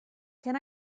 can